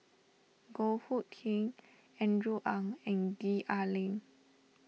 Goh Hood Keng Andrew Ang and Gwee Ah Leng